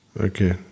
Okay